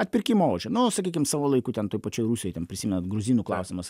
atpirkimo ožį nu sakykim savo laiku ten toj pačioj rusijoj ten prisimenat gruzinų klausimas